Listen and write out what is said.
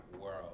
world